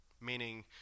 meaning